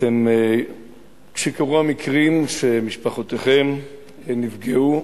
כשקרו המקרים ומשפחותיכם נפגעו,